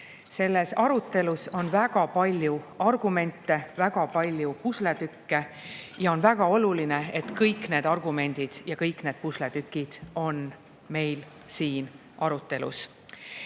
Selles arutelus on väga palju argumente, väga palju pusletükke. On väga oluline, et kõik need argumendid ja kõik pusletükid on meil siin arutelul.